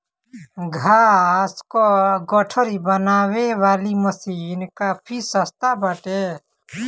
घास कअ गठरी बनावे वाली मशीन काफी सस्ता बाटे